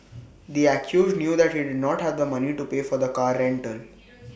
the accused knew that he did not have the money to pay for the car rental